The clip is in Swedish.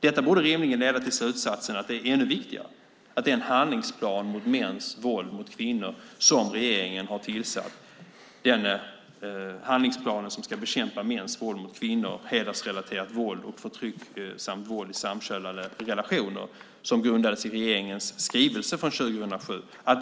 Detta borde rimligen leda till slutsatsen att det är ännu viktigare att man fullföljer regeringens handlingsplan som ska bekämpa mäns våld mot kvinnor, hedersrelaterat våld och förtryck samt våld i samkönade relationer. Denna handlingsplanen har sin grund i regeringens skrivelse från 2007.